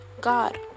God